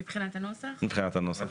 מבחינת הנוסח?